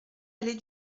allée